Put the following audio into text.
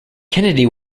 kennedy